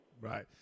Right